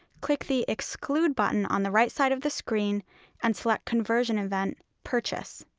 click the exclude button on the right side of the screen and select conversion event, purchase.